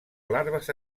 larves